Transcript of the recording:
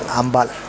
ambal